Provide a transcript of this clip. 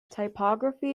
typography